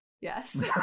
Yes